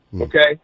okay